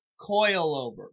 Coilover